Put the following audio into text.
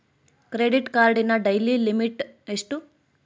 Credit ಕಾರ್ಡಿನ daily limit ಎಷ್ಟು?